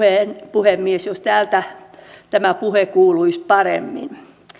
puhemies jos täältä tämä puhe kuuluisi paremmin